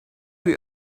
you